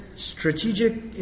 strategic